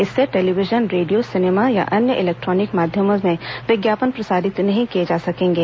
इससे television radio cinema या अन्य इलेक्ट्रॉनिक माध्यमों से विज्ञापन प्रसारित नहीं किए जा सकेंगे